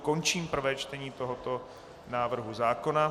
Končím prvé čtení tohoto návrhu zákona.